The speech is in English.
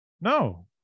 No